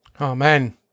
Amen